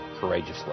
courageously